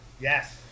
Yes